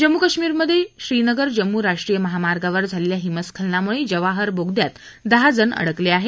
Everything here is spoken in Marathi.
जम्मू काश्मीरमध्ये श्रीनगर जम्मू राष्ट्रीय महामार्गावर झालेल्या हिमस्खलनामुळे जवाहर बोगद्यात दहा जण अडकले आहेत